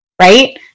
right